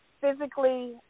physically